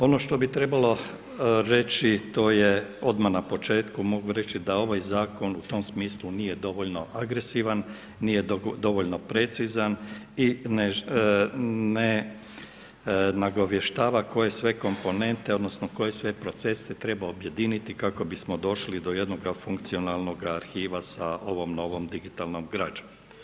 Ono što bi trebalo reći, to je odmah na početku, mogu reći, da ovaj zakon u tom smislu nije dovoljno agresivan, nije dovoljno precizan i ne nagovještava koje sve komponente, odnosno, koje sve procese treba objediniti, kao bismo došli do jednoga funkcionalnoga arhiva sa ovom novom digitalnom građom.